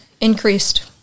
increased